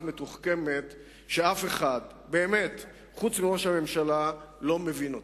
מתוחכמת שאף אחד באמת חוץ מראש הממשלה לא מבין אותה.